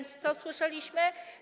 Co słyszeliśmy?